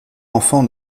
enfant